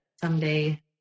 someday